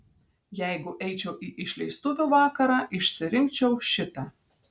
jeigu eičiau į išleistuvių vakarą išsirinkčiau šitą